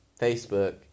facebook